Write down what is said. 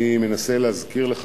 אני מנסה להזכיר לך,